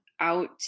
out